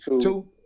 two